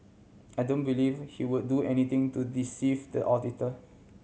I don't believe he would do anything to deceive the auditor